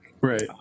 Right